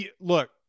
Look